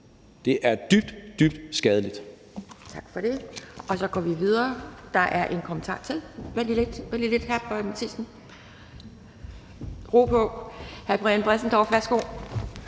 Det er dybt, dybt skadeligt.